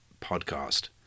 podcast